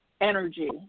energy